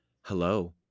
Hello